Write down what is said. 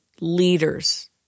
leaders